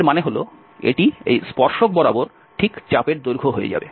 এর মানে হল এটি এই স্পর্শক বরাবর ঠিক চাপের দৈর্ঘ্য হয়ে যাবে